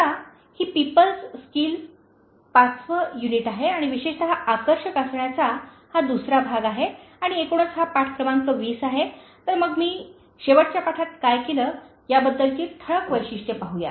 आता ही people's skills पाचवे युनिट आहे आणि विशेषत आकर्षक असण्याचा हा दुसरा भाग आहे आणि एकूणच हा पाठ क्रमांक 20 आहे तर मग मी शेवटच्या पाठात काय केले याबद्दलची ठळक वैशिष्ट्ये पाहू या